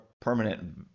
permanent